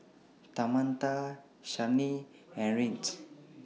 Tamatha Shyanne and Regis